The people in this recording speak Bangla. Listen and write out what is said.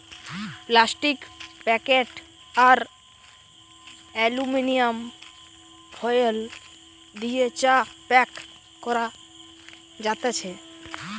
প্লাস্টিক প্যাকেট আর এলুমিনিয়াম ফয়েল দিয়ে চা প্যাক করা যাতেছে